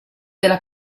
della